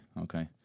Okay